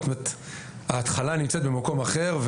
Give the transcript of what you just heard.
ההתחלה נמצאת במקום אחר,